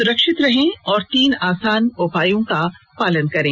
सुरक्षित रहें और तीन आसान उपायों का पालन करें